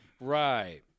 Right